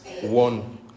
one